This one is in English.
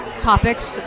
topics